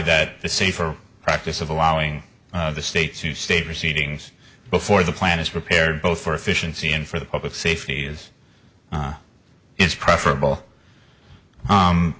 that the safer practice of allowing the state to state or seedings before the plan is prepared both for efficiency and for the public safety is is preferable